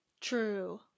True